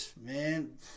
man